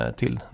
till